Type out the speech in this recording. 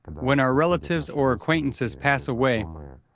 when our relatives or acquaintances pass away,